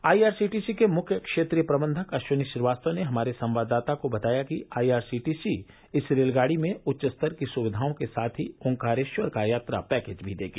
आई R C T C के मुख्य क्षेत्रीय प्रबंधक अश्विनी श्रीवास्तव ने हमारे संवाददाता को बताया कि I R C T C इस रेलगाड़ी में उच्च स्तर की सुविधाओं के साथ ही ऑकारेश्वर का यात्रा पैकेज भी देगी